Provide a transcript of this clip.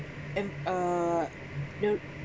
in a note